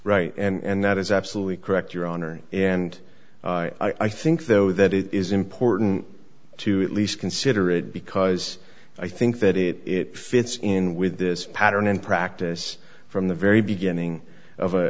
right and that is absolutely correct your honor and i think though that it is important to at least consider it because i think that it it fits in with this pattern in practice from the very beginning of